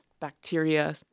bacteria